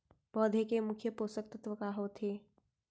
पौधे के मुख्य पोसक तत्व का होथे?